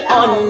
on